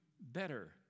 better